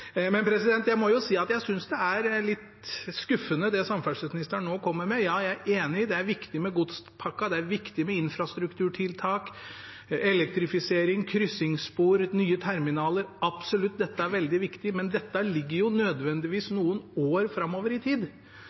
Men jeg må jo si at jeg synes det er litt skuffende, det samferdselsministeren nå kommer med. Ja, jeg er enig i at det er viktig med godspakka, det er viktig med infrastrukturtiltak, elektrifisering, krysningsspor, nye terminaler – dette er absolutt veldig viktig. Men dette ligger jo nødvendigvis noen år fram i tid.